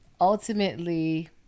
ultimately